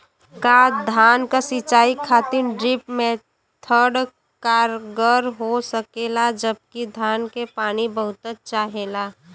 का धान क सिंचाई खातिर ड्रिप मेथड कारगर हो सकेला जबकि धान के पानी बहुत चाहेला?